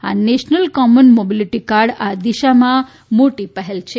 આ national common mobility card આ દિશામાં મોટી પહેલ છે